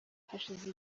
hashize